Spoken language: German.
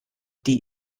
die